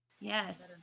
yes